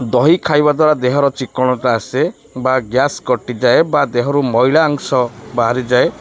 ଦହି ଖାଇବା ଦ୍ୱାରା ଦେହର ଚିକଣଟା ଆସେ ବା ଗ୍ୟାସ୍ କଟିଯାଏ ବା ଦେହରୁ ମଇଳାଅଂଶ ବାହାରିଯାଏ